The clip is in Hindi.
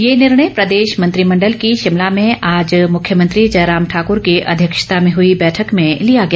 ये निर्णय प्रदेश मंत्रिमंडल की शिमला में आज मुख्यमंत्री जयराम ठाकर की अध्यक्षता में हुई बैठक में लिया गया